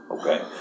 Okay